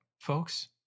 folks